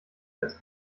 als